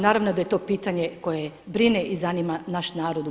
Naravno da je to pitanje koje brine i zanima naš narod u BiH.